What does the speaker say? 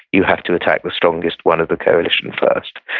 you have to attack the strongest one of the coalition first.